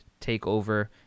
TakeOver